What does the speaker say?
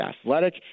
athletic